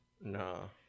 No